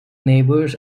neighbors